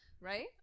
right